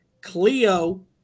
Cleo